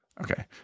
okay